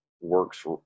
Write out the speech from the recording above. works